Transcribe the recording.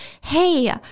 hey